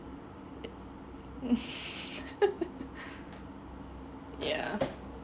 yeah